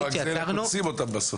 לא רק זה, גם קונסים אותם בסוף.